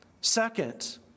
Second